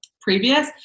previous